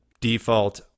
default